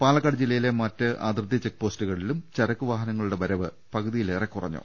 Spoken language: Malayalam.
പാലക്കാട് ജില്ലയിലെ മറ്റ് അതിർത്തി ചെക്ക്പോസ്റ്റുകളിലും ചരക്ക് വാഹനങ്ങളുടെ വരവ് പകുതിയായി കുറഞ്ഞു